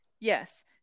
Yes